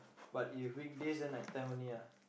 but if weekdays then night time only ah